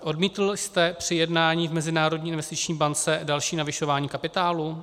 Odmítl jste při jednání v Mezinárodní investiční bance další navyšování kapitálu?